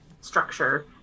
structure